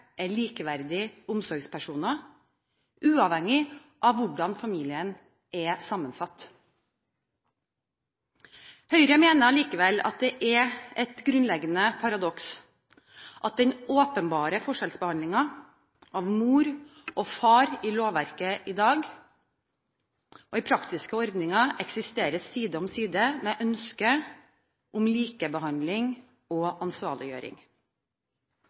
er likeverdige omsorgspersoner, uavhengig av hvordan familien er sammensatt. Høyre mener allikevel at det er et grunnleggende paradoks at den åpenbare forskjellsbehandlingen av mor og far i lovverket, og i praktiske ordninger, i dag eksisterer side om side med ønsket om likebehandling og ansvarliggjøring.